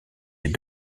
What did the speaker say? les